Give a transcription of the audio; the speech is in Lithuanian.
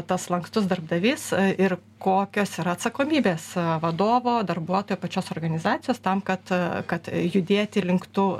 tas lankstus darbdavys ir kokios yra atsakomybės vadovo darbuotojo pačios organizacijos tam kad kad judėti link tų